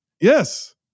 Yes